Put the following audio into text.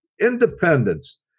independence